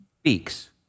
speaks